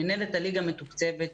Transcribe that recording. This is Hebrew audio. מינהלת הליגה מתוקצבת כל שנה.